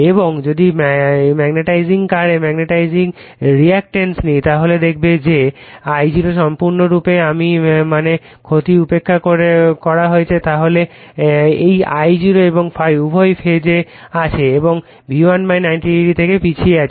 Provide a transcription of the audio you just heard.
এবং যদি magnetizing reactance নিই তাহলে দেখবে যে I0 সম্পূর্ণরূপে আমি মানে ক্ষতি উপেক্ষা করা হয়েছে তাহলে এই I0 এবং ∅ উভয়ই ফেজে আছে এবং V190o থেকে পিছিয়ে আছে